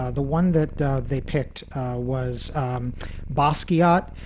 ah the one that they picked was um bosky ah hot.